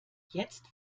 jetzt